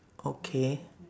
okay